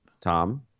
Tom